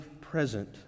present